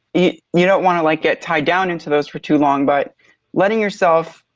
you don't want to like get tied down into those for too long, but letting yourself,